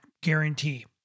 guarantee